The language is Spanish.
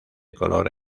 color